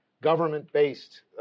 government-based